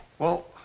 well.